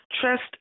Trust